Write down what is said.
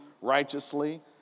righteously